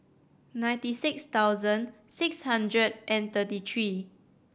ninety six thousand six hundred and thirty three